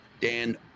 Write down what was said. Dan